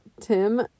Tim